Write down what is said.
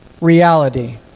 reality